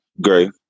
Gray